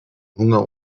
hunger